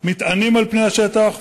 עם מטענים על פני השטח ובמנהרות.